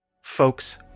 Folks